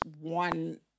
one